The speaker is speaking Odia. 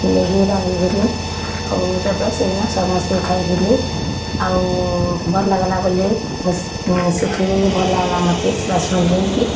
ମୁଇଁ ହି ରାନ୍ଧି ଥିଲି ଆଉ ତା'ପରେ ସେ ଦିନ ସମସ୍ତେ ଖାଇଥିଲେ ଆଉ ଭଲ୍ ଲାଗିଲା ବୋଲି ମୁଁ ଶିଖିଲି ଭଲ୍ ହେଲା ମତେ ସାବାସ୍ ମିଲ୍ସି